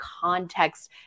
context